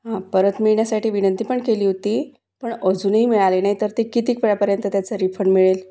परत मिळण्यासाठी विनंती पण केली होती पण अजूनही मिळाले नाही तर ते कितीपर्यंत त्याचं रिफंड मिळेल